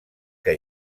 que